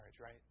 right